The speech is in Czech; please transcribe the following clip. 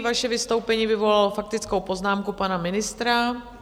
Vaše vystoupení vyvolalo faktickou poznámku pana ministra.